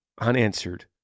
unanswered